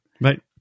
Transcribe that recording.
Right